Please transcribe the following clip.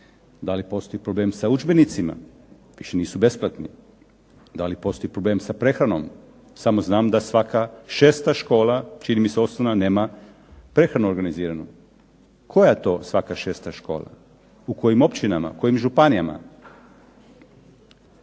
Da li postoji problem sa udžbenicima? Više nisu besplatni. Da li postoji problem sa prehranom? Samo znam da svaka šesta škola, čini mi se osnovna nema prehranu organiziranu. Koja je to svaka šesta škola? U kojim općinama? U kojim županijama?